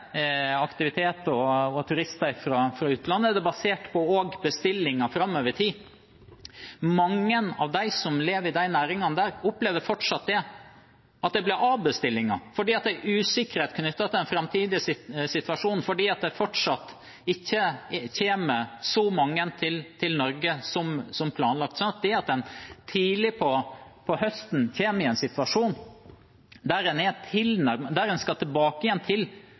aktivitet og turister fra utlandet. Det er også basert på bestillinger framover i tid. Mange av de som jobber i disse næringene, opplever fortsatt at det er avbestillinger fordi det er usikkerhet knyttet til den framtidige situasjonen, fordi det fortsatt ikke kommer så mange til Norge som planlagt. Så det at en tidlig på høsten kommer i en situasjon hvor en skal tilbake til